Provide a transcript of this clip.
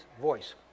voice